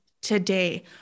today